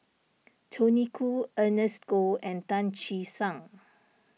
Tony Khoo Ernest Goh and Tan Che Sang